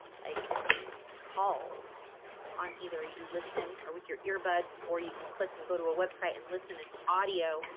like calls on either you listen or with your ear buds or you can click and go to a website and listen, it's audio.